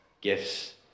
gifts